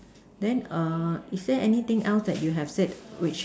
then err is there anything else that you have said which